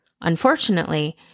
Unfortunately